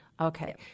Okay